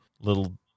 little